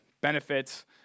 benefits